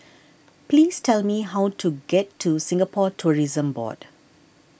please tell me how to get to Singapore Tourism Board